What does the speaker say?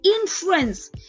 influence